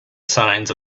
signs